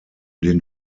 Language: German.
den